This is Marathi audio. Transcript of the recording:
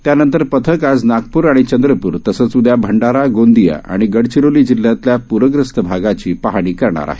त्यानंतर पथक आज नागपूर आणि चंद्रपूर तसंच उद्या भंडारा गोंदीया आणि गडचिरोली जिल्ह्यातल्या प्रग्रस्त भागाची पाहणी करणार आहे